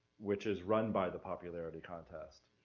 which is run by the popularity contest.